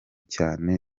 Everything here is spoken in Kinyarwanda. cyane